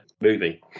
movie